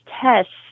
tests